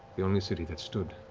the only city that stood,